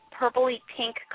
purpley-pink